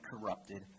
corrupted